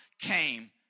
came